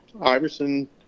Iverson